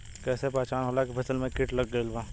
कैसे पहचान होला की फसल में कीट लग गईल बा?